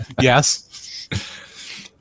yes